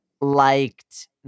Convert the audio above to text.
liked